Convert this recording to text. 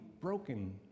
broken